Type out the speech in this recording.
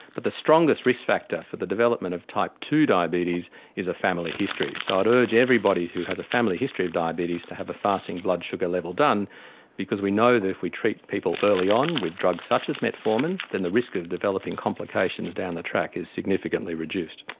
but the strongest risk factor for the development of type ii diabetes is a family history. so i'd urge everybody who has a family history of diabetes to have a fasting blood sugar level done because we know that if we treat people early on with drugs such as metformin, then the risk of developing complications down the track is significantly reduced.